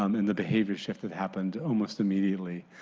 um and the behavior shift that happened almost immediately.